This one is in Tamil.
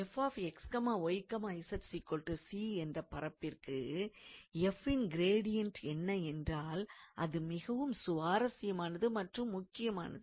எனவே 𝑓𝑥𝑦𝑧 𝑐 என்ற பரப்பிற்கு f ன் கிரேடியன்ட் என்ன என்றால் அது மிகவும் சுவாரசியமானது மற்றும் முக்கியமானது